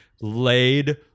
laid